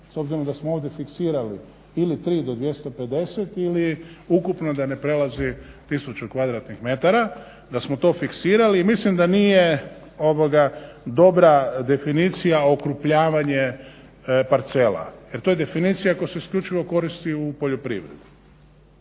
s obzirom da smo ovdje fiksirali ili 3 do 250 ili ukupno da ne prelazi 1000 kvadratnih metara, da smo to fiksirali. I mislim da nije dobra definicija okrupnjavanje parcela. Jer to je definicija koja se isključivo koristi u poljoprivredi.